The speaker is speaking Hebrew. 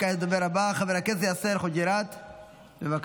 כעת לדובר הבא, חבר הכנסת יאסר חוג'יראת, בבקשה.